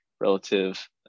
relative